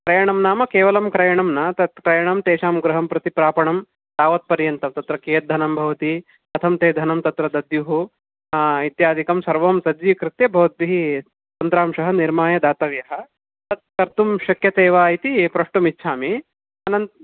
क्रयणं नाम केवलं क्रयणं न तत् क्रयणं तेषां गृहं प्रति प्रापणं तावत्पर्यन्तं तत्र कियत् धनं भवति कथं ते धनं तत्र दद्युः इत्यादिकं सर्वं सज्जीकृत्य भवद्भिः तन्त्रांशः निर्माय दातव्यः तत् कर्तुं शक्यते वा इति प्रष्टुम् इच्छामि अनन्